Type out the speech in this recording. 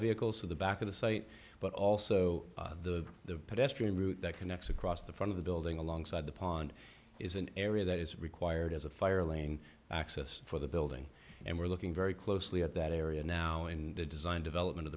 vehicles to the back of the site but also the the pestering route that connects across the front of the building alongside the pond is an area that is required as a fire laying access for the building and we're looking very closely at that area now and the design development of